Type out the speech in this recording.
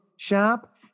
shop